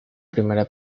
primera